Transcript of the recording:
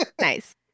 Nice